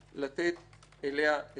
לתת לה יד.